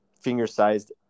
finger-sized